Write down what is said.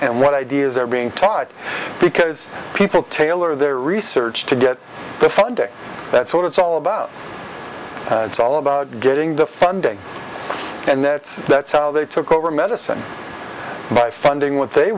and what ideas are being taught because people tailor their research to get the funding that's what it's all about it's all about getting the funding and that's that's how they took over medicine by funding what they